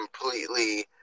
completely